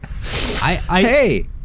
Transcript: Hey